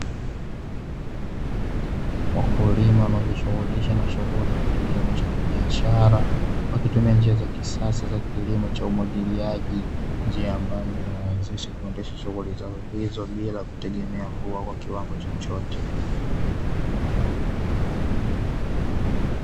Wakulima wanaojishughulisha na shughuli za kilimo cha kibiashara, wakitumia njia za kisasa za kilimo cha umwagiliaji. Njia ambazo zinawawezesha kuendesha shughuli zao hizo, bila kutegemea mvua kwa kiwango chochote.